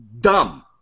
dumb